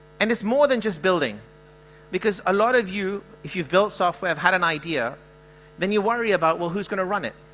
and it's more than just building because a lot of you if you've built software i've had an idea then you're worried about well who's gonna run it?